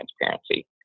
transparency